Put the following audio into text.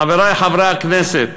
חברי חברי הכנסת,